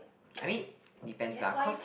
I mean depends lah cause